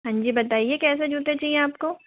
हाँ जी बताइए कैसे जूते चाहिए आपको